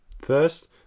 First